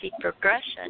progression